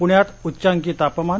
पूण्यात उच्चांकी तापमान